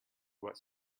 what